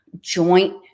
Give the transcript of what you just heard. joint